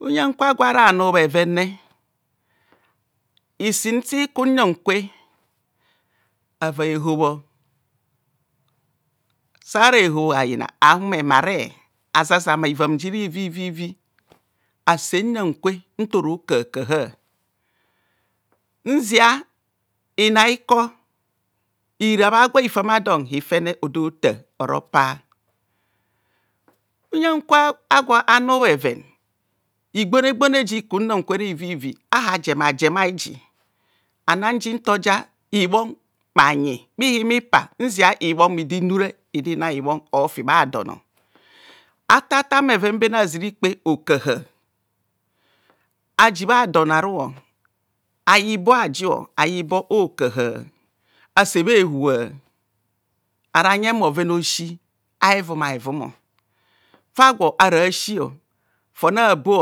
Uyen kwa gwo ara nu bhevene isin si ku uyen kwe ava ehobho sara ehob ayina ahumo emare azazama ivan ji ivivivi ase uyen kwo nto rokaha kaha nzia inaiko ira bha gwa hifam adon odo tar oro pa uyen kwa gwo hifam adon odo tar oro pa uyen kwa gwo anu bheven ig onigbone jiku yeng kwe re ivivi aha jema jemai ji anan ji nto ja ibhong bhaji bhama bha pa nzia ibhon midinure onai ibhong ofibha don nta tan bheven bene bhazirikpe hokaha aji bha don ara ayibo aju, ayibo okaha ase bha ehuna ara je bhoben a'asi fa hevuma hevum fa gwo ara si don abo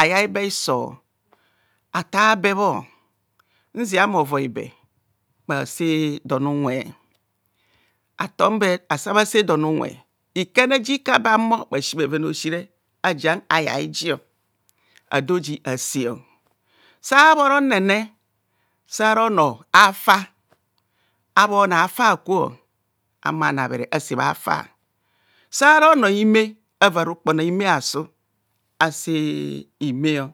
ayai be hiso atar bebho nzia mmovoibe bhase don unwe atonbe sabhase don unwe ikene jika abe bha humo bhasi bhoven a'osire ajiang ayai ji adorji ase sabhoro nnene sara onor hava abhone haba akwa a humo anabhere ase bha fa, sara onor a hime ava rukpon aime asu ase hime